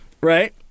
right